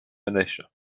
militia